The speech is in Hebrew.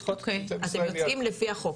אתם יוצאים לפי החוק,